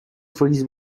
freeze